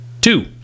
Two